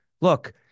Look